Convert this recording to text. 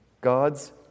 God's